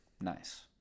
nice